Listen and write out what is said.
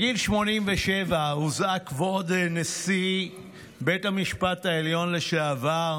בגיל 87 הוזעק כבוד נשיא בית המשפט העליון לשעבר